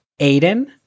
aiden